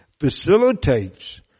facilitates